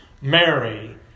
Mary